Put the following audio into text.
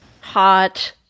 Hot